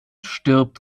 stirbt